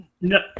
no